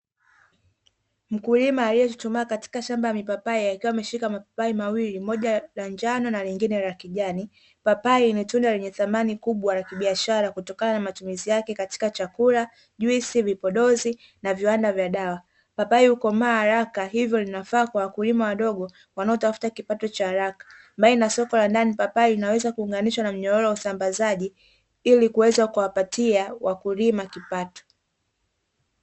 Mkulima aliyechuchumaa katiaka shamba la mipapai akiwa ameshika mapapai mawili moja la njano na lingine la kijani papai ni tunda lenye samani kubwa ya kibiashara kutokana na matumizi yake katika chakula, juisi , vipodozi na viwanda vya dawa papai ukomaa araka hivyo linafaa kwa wakulima wadogo wanaotafuta kipato cha haraka mbali na soko la ndani papai linaweza kuonganishwa na mnyororo wa usambazaji ilikuweza kuwapatia wakulima kipato.